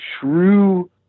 true